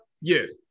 Yes